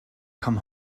come